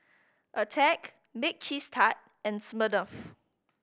Attack Bake Cheese Tart and Smirnoff